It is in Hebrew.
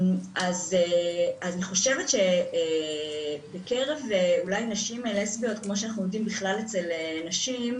אני חושבת שבקרב אולי נשים לסביות כמו שאנחנו יודעים בכלל אצל נשים,